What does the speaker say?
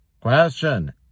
Question